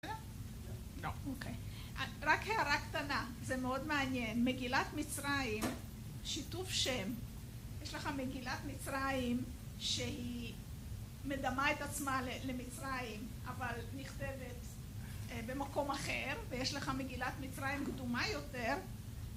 רק הערה קטנה, זה מאוד מעניין, מגילת מצרים, שיתוף שם, יש לך מגילת מצרים שהיא מדמה את עצמה למצרים, אבל נכתבת במקום אחר ויש לך מגילת מצרים קדומה יותר...